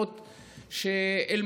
כן,